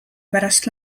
pärast